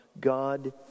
God